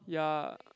ya